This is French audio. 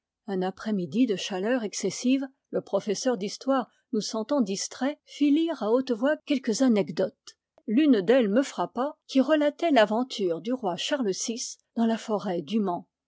un après-midi de chaleur excessive le professeur d'histoire nous sentant distraits fit lire à haute voix quelques anecdotes l'une d'elles me frappa qui relatait l'aventure du roi charles vi dans la forêt du mans